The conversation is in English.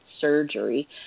surgery